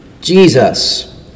Jesus